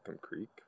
Creek